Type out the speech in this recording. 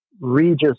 Regis